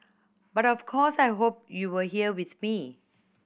but of course I hope you were here with me